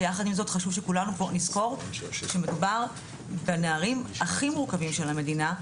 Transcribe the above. ויחד עם זאת חשוב שכולנו נזכור שמדובר בנערים הכי מורכבים של המדינה,